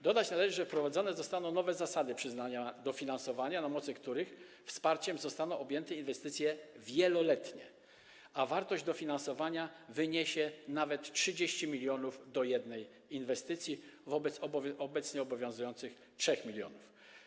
Dodać należy, że wprowadzone zostaną nowe zasady przyznania dofinansowania, na mocy których wsparciem zostaną objęte inwestycje wieloletnie, a wartość dofinansowania wyniesie nawet 30 mln w odniesieniu do jednej inwestycji wobec obecnie obowiązujących 3 mln.